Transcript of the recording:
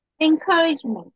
encouragement